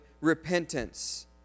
repentance